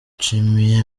nshimiye